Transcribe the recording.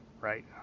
right